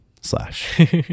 slash